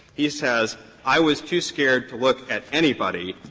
he says i was too scared to look at anybody.